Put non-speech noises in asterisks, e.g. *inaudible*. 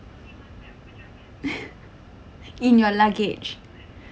*laughs* in your luggage